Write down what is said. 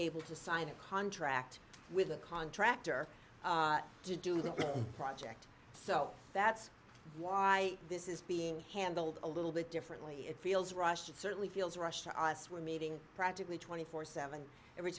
able to sign a contract with a contractor to do the project so that's why this is being handled a little bit differently it feels rushed it certainly feels rushed to us we're meeting practically two hundred and forty seven every